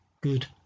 good